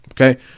okay